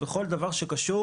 או כל דבר שקשור